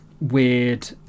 weird